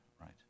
right